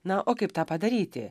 na o kaip tą padaryti